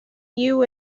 you